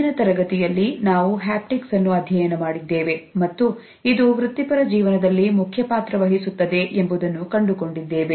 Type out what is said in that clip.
ಹಿಂದಿನ ತರಗತಿಯಲ್ಲಿ ನಾವು ಹ್ಯಾಪ್ಟಿಕ್ಸ್ ಅನ್ನು ಅಧ್ಯಯನ ಮಾಡಿದ್ದೇವೆ ಮತ್ತು ಇದು ವೃತಿಪರ ಜೀವನದಲ್ಲಿ ಮುಖ್ಯ ಪಾತ್ರವಹಿಸುತ್ತದೆ ಎಂಬುದನ್ನು ಕಂಡುಕೊಂಡಿದ್ದೇವೆ